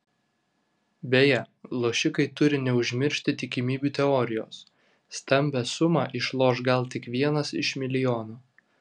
beje lošikai turi neužmiršti tikimybių teorijos stambią sumą išloš gal tik vienas iš milijono